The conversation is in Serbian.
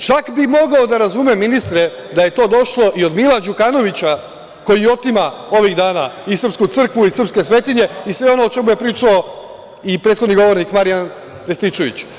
Čak bih mogao da razumem ministre da je to došlo i od Mila Đukanovića, koji otima ovih dana i srpsku crkvu i srpske svetinje i sve ono o čemu je pričao i prethodni govornik Marijan Rističević.